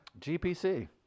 GPC